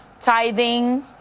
tithing